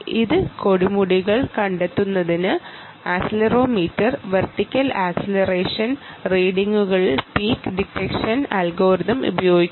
ഈ പീക്കും വാലിയും കണ്ടെത്തുന്നതിന് ആക്സിലറോമീറ്ററിന്റെ വെർട്ടിക്കൽ ആക്സിലറേഷൻ റീഡിംഗുകളിൽ പീക്ക് ഡിറ്റക്ഷൻ അൽഗോരിതം പ്രയോഗിക്കുന്നു